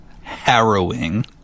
harrowing